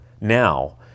now